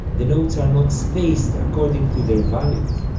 the notes are not spaced according to their values.